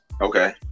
okay